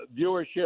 viewership